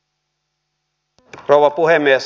arvoisa rouva puhemies